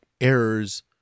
errors